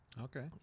Okay